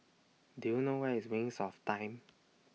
Do YOU know Where IS Wings of Time